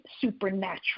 supernatural